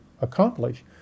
accomplish